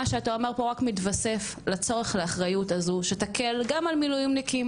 מה שאתה אומר פה רק מתווסף לצורך לאחריות הזו שתקל גם על מילואימניקים,